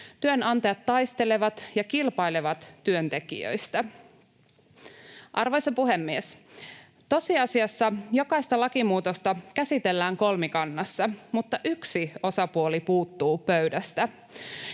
Työnantajat taistelevat ja kilpailevat työntekijöistä. Arvoisa puhemies! Tosiasiassa jokaista lakimuutosta käsitellään kolmikannassa, mutta yksi osapuoli puuttuu pöydästä.